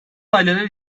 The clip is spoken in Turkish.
aileler